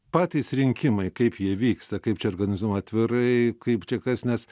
patys rinkimai kaip jie vyksta kaip čia organizuojama atvirai kaip čia kas nes